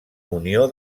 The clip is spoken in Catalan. munió